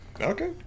Okay